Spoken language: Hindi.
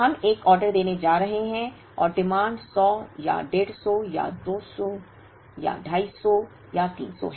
हम एक ऑर्डर देने जा रहे हैं और मांग 100 या 150 या 200 या 250 या 300 है